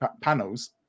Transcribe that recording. panels